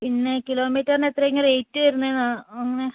പിന്നെ കിലോമീറ്ററിന് എത്രയാണ് ഇതിന് റേറ്റ് വരുന്നതെന്നോ അങ്ങനെ